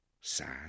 sad